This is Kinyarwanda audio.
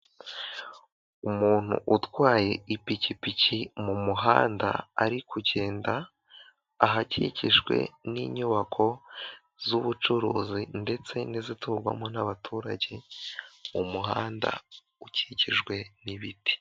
Umuntu utwaye ipikipiki mu muhanda ari kugenda ahakikijwe n'inyubako z'ubucuruzi ndetse n'iziturwamo n'abaturage, umuhanda ukikijwe n'ibiti.